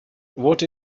what